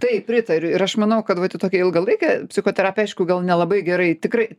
taip pritariu ir aš manau kad vat į tokią ilgalaikę psichoterapiją aišku gal nelabai gerai tikrai